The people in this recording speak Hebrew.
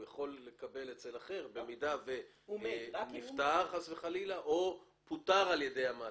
הוא יכול לקבל אצל אחר במידה ונפטר חס וחלילה או פוטר על ידי המעסיק.